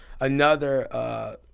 Another-